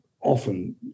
often